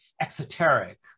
exoteric